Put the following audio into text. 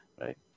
right